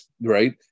right